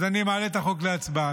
אני מעלה את החוק להצבעה.